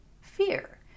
fear